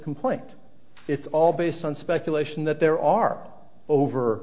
complaint it's all based on speculation that there are over